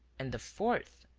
and the fourth.